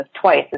twice